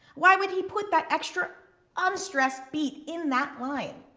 why would he put that extra unstressed beat in that line?